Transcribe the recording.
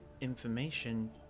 information